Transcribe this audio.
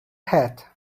hat